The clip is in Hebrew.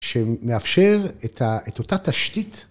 ‫שמאפשר את אותה תשתית.